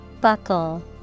Buckle